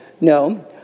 No